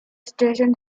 station